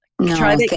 no